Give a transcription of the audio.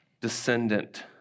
descendant